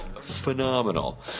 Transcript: phenomenal